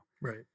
Right